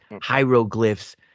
Hieroglyphs